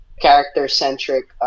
character-centric